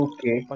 Okay